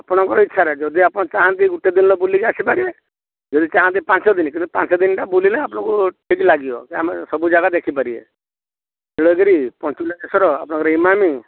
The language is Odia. ଆପଣଙ୍କର ଇଚ୍ଛାରେ ଯଦି ଆପଣ ଚାହାଁନ୍ତି ଗୋଟେ ଦିନରେ ବୁଲିକି ଆସିପାରିବେ ଯଦି ଚାହାନ୍ତି ପାଞ୍ଚଦିନ କିନ୍ତୁ ପାଞ୍ଚଦିନଟା ବୁଲିଲେ ଆପଣଙ୍କୁ ଠିକ୍ ଲାଗିବ କି ଆମେ ସବୁ ଜାଗା ଦେଖିପାରିବେ ନୀଳଗିରି ପଞ୍ଚଲିଙ୍ଗେଶ୍ୱର ଆପଣଙ୍କର ଇମାମି